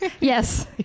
Yes